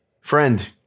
Friend